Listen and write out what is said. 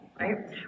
right